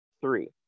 three